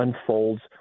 unfolds